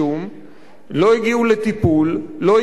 לא הגיעו לטיפול, לא הגיעו לענישה.